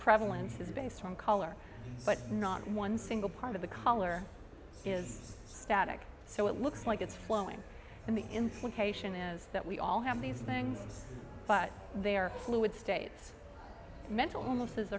prevalence is based on color but not one single part of the color is static so it looks like it's flowing in the implication is that we all have these things but they are fluid states mental illnesses